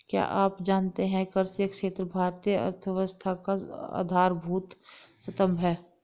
क्या आप जानते है कृषि क्षेत्र भारतीय अर्थव्यवस्था का आधारभूत स्तंभ है?